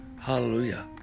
Hallelujah